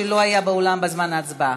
שלא היה באולם בזמן ההצבעה?